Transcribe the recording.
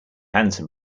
handsome